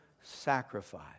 sacrifice